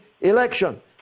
election